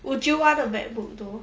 would you want a macbook though